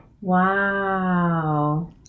Wow